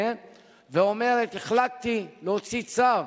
ואומרת: החלטתי להוציא צו